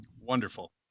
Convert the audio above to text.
wonderful